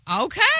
okay